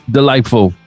delightful